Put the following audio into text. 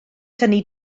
tynnu